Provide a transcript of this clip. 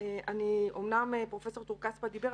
אומנם פרופ' טור-כספא דיבר,